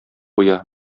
куя